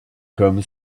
comme